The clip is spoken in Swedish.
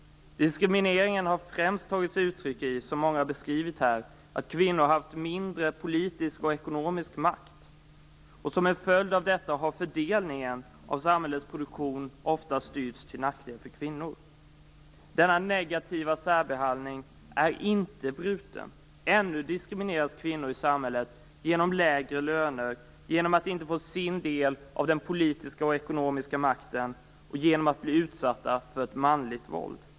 Diskrimineringen har främst tagit sig uttryck i, som många har beskrivit här, att kvinnor haft mindre politisk och ekonomisk makt. Som en följd av detta har fördelningen av samhällets produktion ofta styrts till nackdel för kvinnor. Denna negativa särbehandling är inte bruten. Ännu diskrimineras kvinnor i samhället genom att få lägre löner, genom att inte få sin del av den politiska och ekonomiska makten och genom att bli utsatta för ett manligt våld.